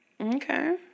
Okay